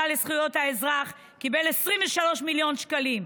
לזכויות האזרח קיבל 23 מיליון שקלים,